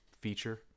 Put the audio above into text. feature